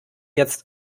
jetzt